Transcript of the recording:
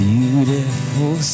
Beautiful